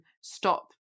stop